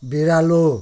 बेरालो